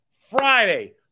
Friday